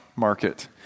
market